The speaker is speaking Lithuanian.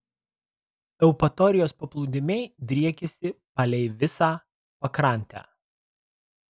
eupatorijos paplūdimiai driekiasi palei visą pakrantę